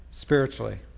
spiritually